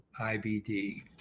IBD